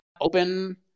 open